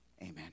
Amen